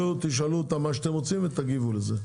תשאלו אותם מה שאתם רוצים ותגיבו לזה.